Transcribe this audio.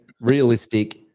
realistic